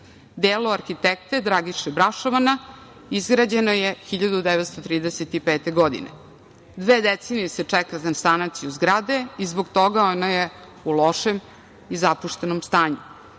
Delo arhitekte Dragiše Brašovana izrađeno je 1935. godine. Dve decenije se čeka na sanaciju zgrade i zbog toga je ona u lošem i zapuštenom